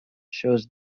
shows